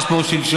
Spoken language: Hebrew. הוא ענה לך,